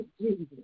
Jesus